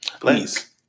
Please